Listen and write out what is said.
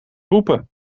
roepen